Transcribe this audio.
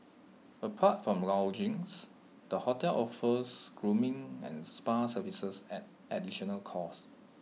apart from lodgings the hotel offers grooming and spa services at additional cost